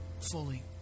fully